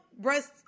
breasts